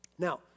Now